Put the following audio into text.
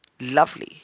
Lovely